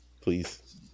Please